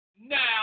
now